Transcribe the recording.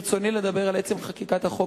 ברצוני לדבר על עצם חקיקת החוק,